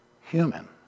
human